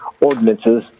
ordinances